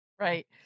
Right